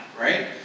right